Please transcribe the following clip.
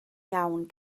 iawn